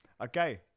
okay